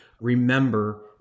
remember